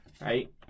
right